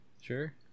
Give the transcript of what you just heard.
sure